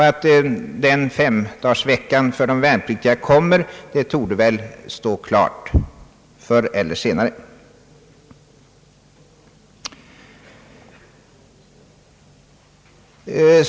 Att femdagarsveckan kommer förr eller senare för de värnpliktiga torde väl stå klart.